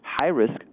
high-risk